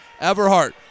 Everhart